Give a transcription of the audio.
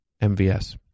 MVS